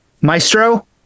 Maestro